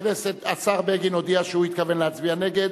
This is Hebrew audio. השר בגין הודיע שהוא התכוון להצביע נגד,